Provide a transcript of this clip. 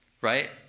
right